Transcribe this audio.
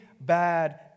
bad